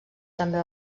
també